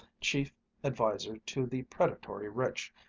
chief adviser to the predatory rich,